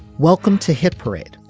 welcome to hit parade.